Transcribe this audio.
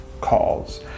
calls